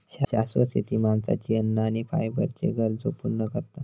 शाश्वत शेती माणसाची अन्न आणि फायबरच्ये गरजो पूर्ण करता